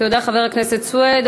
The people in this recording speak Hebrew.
תודה, חבר הכנסת סוייד.